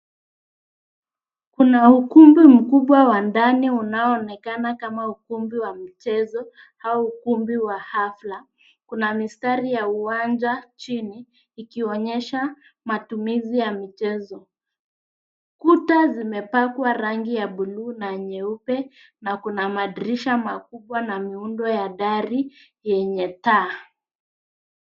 ukumbi mkubwa unaofanana na ukumbi wa maonyesho au hafla. Chini kuna uwanja unaonekana kuonyesha matumizi ya maonyesho. Kuta zimepakwa rangi ya buluu na nyeupe, na kuna matandiko makubwa pamoja na miundo ya kisasa.